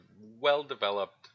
well-developed